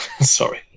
Sorry